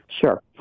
Sure